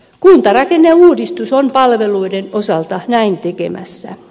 kuntarakenneuudistus on palveluiden osalta näin tekemässä